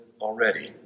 already